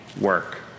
work